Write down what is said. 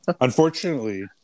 Unfortunately